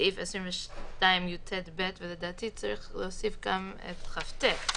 סעיף 22יט(ב) ---" ולדעתי צריך להוסיף גם את כט.